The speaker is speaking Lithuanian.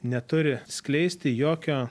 neturi skleisti jokio